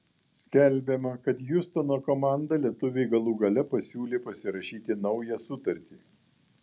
skelbiama kad hjustono komanda lietuviui galų gale pasiūlė pasirašyti naują sutartį